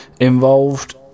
involved